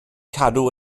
cadw